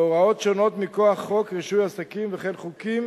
והוראות שונות מכוח חוק רישוי עסקים, וכן חוקים